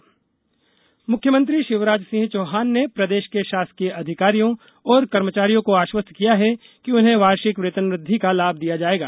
CM appeal मुख्यमंत्री शिवराज सिंह चौहान ने प्रदेश के शासकीय अधिकारियों और कर्मचारियों को आश्वस्त किया है कि उन्हें वार्षिक वेतनवुद्धि का लाभ दिया जायेगा